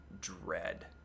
dread